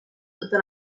tota